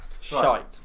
Shite